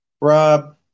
Rob